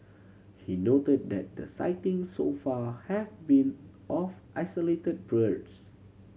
he noted that the sightings so far have been of isolated birds